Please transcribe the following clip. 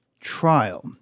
trial